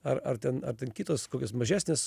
ar ar ten ar ten kitos kokios mažesnės